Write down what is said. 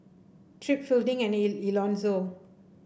Tripp Fielding and E Elonzo